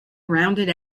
rounded